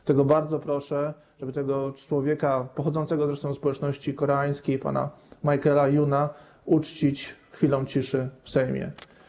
Dlatego bardzo proszę, żeby tego człowieka, pochodzącego zresztą ze społeczności koreańskiej, pana Michaela Yuna uczcić chwilą ciszy w Sejmie.